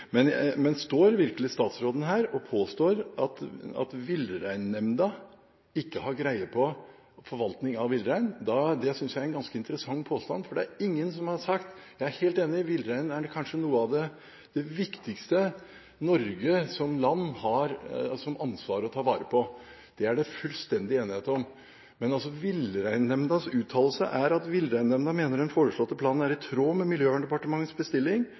Men står virkelig statsråden her og påstår at Villreinnemda ikke har greie på forvaltning av villrein? Det synes jeg er en ganske interessant påstand, for det er det ingen som har sagt. Jeg er helt enig i at villreinen er kanskje noe av det viktigste Norge som land har ansvar for å ta vare på. Det er det fullstendig enighet om. Men Villreinnemdas uttalelse er at Villreinnemda mener at den foreslåtte planen er i tråd med Miljøverndepartementets bestilling,